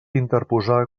interposar